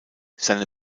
seine